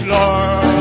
Lord